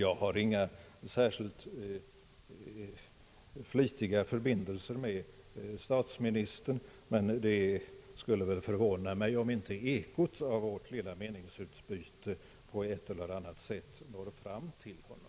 Jag har inga särskilt flitiga förbindelser med statsministern, men det skulle förvåna mig om inte ekot av vårt lilla meningsutbyte på ett eller annat sätt når fram till honom.